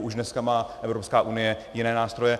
Už dneska má Evropská unie jiné nástroje.